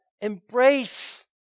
Embrace